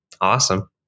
Awesome